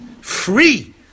free